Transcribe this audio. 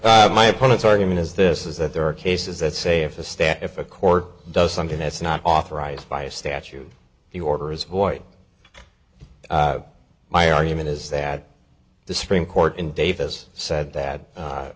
ok my opponent's argument is this is that there are cases that say if a stat if a court does something that's not authorized by a statute the order is void my argument is that the supreme court in davis said that